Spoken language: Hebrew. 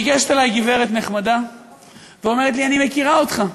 ניגשת אלי גברת נחמדה ואומרת לי: אני מכירה אותך.